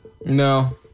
No